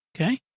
Okay